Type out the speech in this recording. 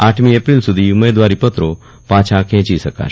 આઠમી એપ્રિલ સુધી ઉમેદવારીપત્રો પાછાં ખેંચી શકાશે